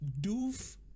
Doof